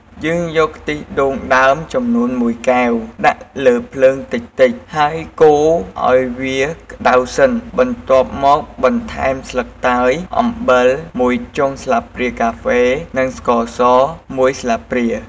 យើងយកខ្ទិះដូងដើមចំនួន ១ កែវ ដាក់លើភ្លើងតិចៗ ហើយកូរឱ្យវាក្តៅសិន បន្ទាប់មកបន្ថែមស្លឹកតើយ អំបិល ១ចុងស្លាបព្រាកាហ្វេ និងស្ករស ១ស្លាបព្រា។